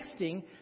texting